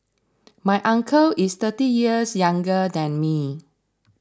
my uncle is thirty years younger than me